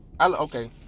Okay